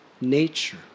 nature